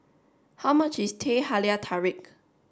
how much is Teh Halia Tarik